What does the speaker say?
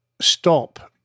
stop